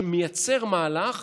שמייצר מהלך